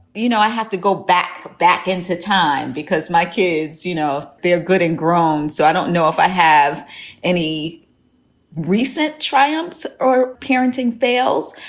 you know, i have to go back back into time because my kids, you know, they're good and grown. so i don't know if i have any recent triumphs or parenting fails.